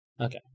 Okay